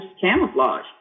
camouflage